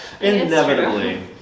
Inevitably